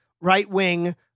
right-wing